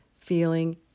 feeling